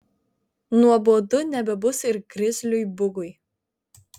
nuobodu nebebus ir grizliui bugui